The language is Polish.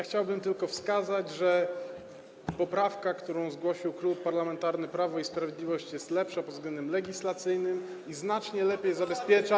Chciałbym tylko wskazać, że poprawka, którą zgłosił Klub Parlamentarny Prawo i Sprawiedliwość, jest lepsza pod względem legislacyjnym, znacznie lepiej zabezpiecza.